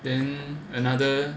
then another